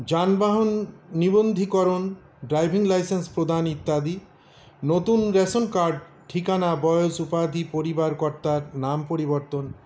যানবাহন নিবন্ধীকরণ driving licence প্রদান ইত্যাদি নতুন রেশন কার্ড ঠিকানা বয়স উপাধি পরিবার কর্তার নাম পরিবর্তন